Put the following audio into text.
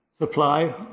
Supply